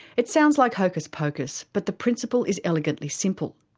it sounds like hocus pocus, but the principle is elegantly simple.